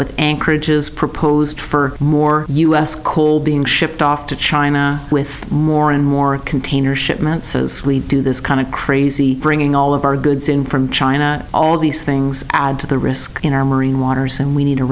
with anchorage is proposed for more u s coal being shipped off to china with more and more of container shipments as we do this kind of crazy bringing all of our goods in from china all these things add to the risk in our marine waters and we need